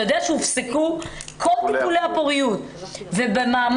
אתה יודע שהופסקו כל טיפולי הפוריות ובמאמץ